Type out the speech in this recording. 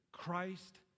Christ